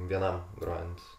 vienam grojant